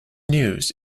news